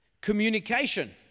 communication